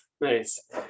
nice